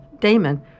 Damon